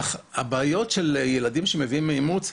אך הבעיות של ילדים שמביאים מאימוץ,